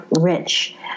rich